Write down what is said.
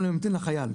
אבל אני ממתין לחייל,